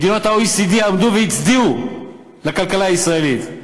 מדינות ה-OECD עמדו והצדיעו לכלכלה הישראלית,